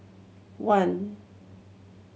one